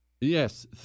yes